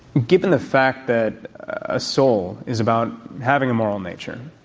given the fact that a soul is about having a moral nature,